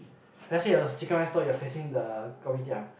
let's say your chicken rice stall is facing the Kopitiam